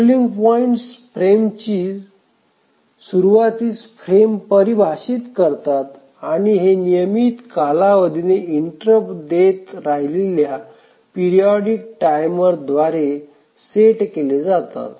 scheduling points फ्रेम्सची सुरूवातीस frame परिभाषित करतात आणि हे नियमित कालावधीने इंटरप्ट देत राहिलेल्या पिरिऑडिक टाइमरद्वारे सेट केले जातात